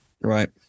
Right